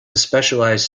specialized